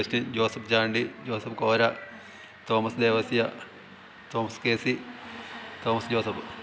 Augustine Joseph Chandy Joseph Kora Thomas Devasia Thomas K C Thomas Joseph